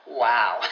wow